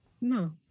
No